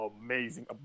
amazing